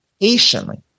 patiently